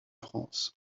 france